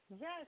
Yes